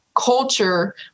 culture